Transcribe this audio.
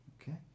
Okay